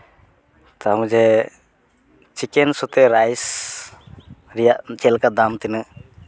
chicken ᱥᱟᱛᱷᱮ rice ᱨᱮᱭᱟᱜ ᱪᱮᱫ ᱞᱮᱠᱟ ᱫᱟᱢ ᱛᱤᱱᱟᱹᱜ